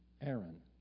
Aaron